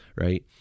right